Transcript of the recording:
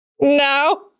No